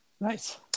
nice